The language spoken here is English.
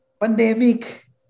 pandemic